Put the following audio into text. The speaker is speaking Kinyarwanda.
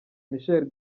michel